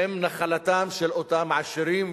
נחלתם של אותם עשירים,